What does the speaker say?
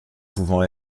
pouvant